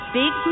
big